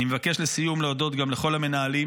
אני מבקש לסיום להודות גם לכל המנהלים